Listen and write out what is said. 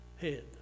head